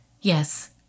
Yes